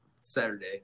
Saturday